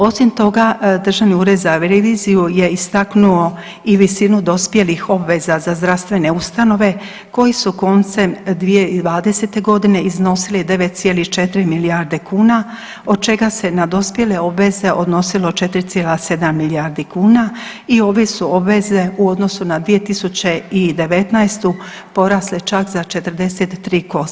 Osim toga, Državni ured za reviziju je istaknuo i visinu dospjelih obveza za zdravstvene ustanove koji su koncem 2020. godine iznosili 9,4 milijarde kuna od čega se na dospjele obveze odnosilo 4,7 milijardi kuna i ove su obveze u odnosu na 2019. porasle čak za 43%